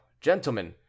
gentlemen